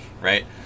right